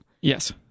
Yes